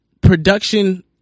production